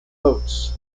oats